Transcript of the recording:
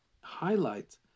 highlight